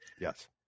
Yes